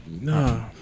no